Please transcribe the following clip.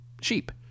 sheep